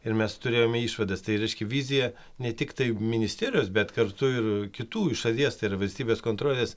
ir mes turėjome išvadas tai reiškia vizija ne tiktai ministerijos bet kartu ir kitų iš šalies tai yra valstybės kontrolės